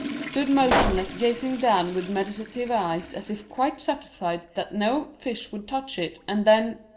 stood motionless gazing down with meditative eyes as if quite satisfied that no fish would touch it, and then,